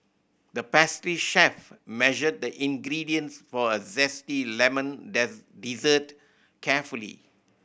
the pastry chef measured the ingredients for a zesty lemon dessert carefully